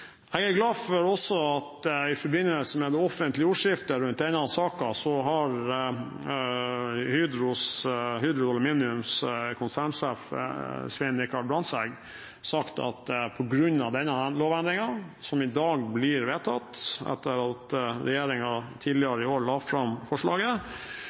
Jeg er også glad for at i forbindelse med det offentlige ordskiftet rundt denne saken har konsernsjefen i Hydro Aluminium, Svein Richard Brandtzæg, sagt at på grunn av denne lovendringen som i dag blir vedtatt, etter at regjeringen tidligere i år la fram forslaget,